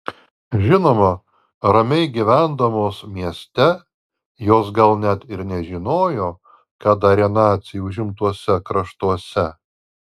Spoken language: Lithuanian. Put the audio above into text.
žinoma ramiai gyvendamos mieste jos gal net ir nežinojo ką darė naciai užimtuose kraštuose